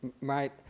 right